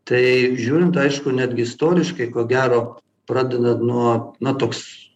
tai žiūrint aišku netgi istoriškai ko gero pradedant nuo na toks